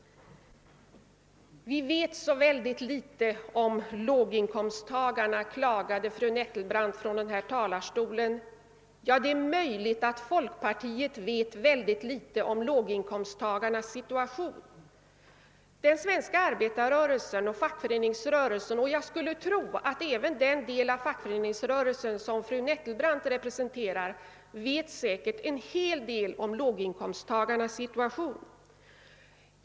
Vi vet så litet om låginkomsttagarna, klagade fru Nettelbrandt från talarstolen. Ja, det är möjligt att folkpartiet vet mycket litet om låginkomsttagarnas situation. Arbetarrörelsen och fackföreningsrörelsen däremot — jag skulle tro även den del av fackföreningsrörelsen som fru Nettelbrandt representerar — vet en hel del om låginkomsttagarnas situation.